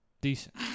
Decent